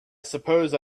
suppose